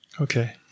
okay